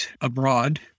abroad